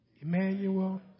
Emmanuel